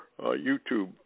YouTube